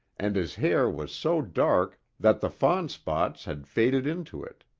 and his hair was so dark that the fawn spots had faded into it.